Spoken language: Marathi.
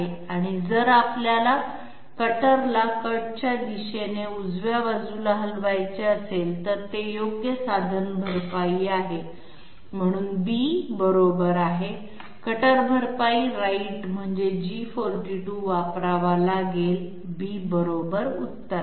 आणि जर आपल्याला कटरला कट च्या दिशेने उजव्या बाजूला हलवायचे असेल तर ते योग्य साधन भरपाई आहे म्हणून b बरोबर आहे कटर भरपाई राईट म्हणजेच G42 वापरावा लागेल b बरोबर उत्तर आहे